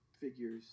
figures